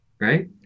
Right